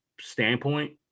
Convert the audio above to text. standpoint